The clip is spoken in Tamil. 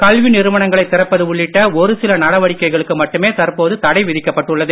கல்வி நிறுவனங்களை திறப்பது உள்ளிட்ட ஒரு சில நடவடிக்கைகளுக்கு மட்டுமே தற்போது தடை விதிக்கப்பட்டுள்ளது